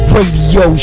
Radio